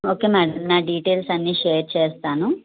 okay madam నా డీటెయిల్స్ అన్నీ షేర్ చేస్తాను